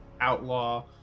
Outlaw